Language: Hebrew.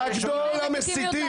אתה גדול המסיתים.